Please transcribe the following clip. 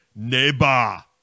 neba